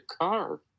car